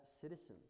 citizens